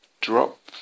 drop